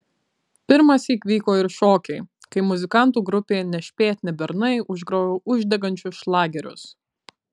pirmąsyk vyko ir šokiai kai muzikantų grupė nešpėtni bernai užgrojo uždegančius šlagerius